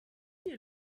est